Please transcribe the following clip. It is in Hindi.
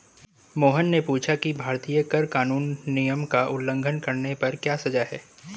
मोहन ने पूछा कि भारतीय कर कानून नियम का उल्लंघन करने पर क्या सजा है?